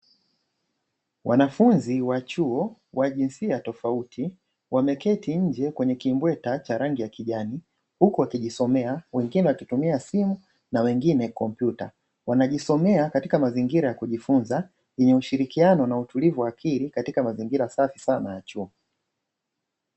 Wanafunzi wa chuo wa jinsia tofauti wameketi nje kwenye kimbweta cha rangi ya kijani huku wakijisomea, wengine wakitumia simu na wengine kompyuta. Wanajisomea katika mazingira ya kujifunza yenye ushirikiano na utulivu wa akili katika mazingira safi sana ya chuo.